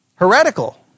Heretical